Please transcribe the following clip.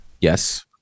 Yes